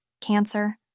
cancer